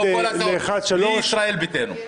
לא כל הסיעות, בלי ישראל ביתנו.